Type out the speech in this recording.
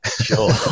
Sure